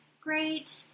great